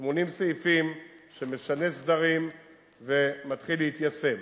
80 סעיפים, שמשנה סדרים ומתחיל להתיישם.